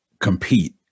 compete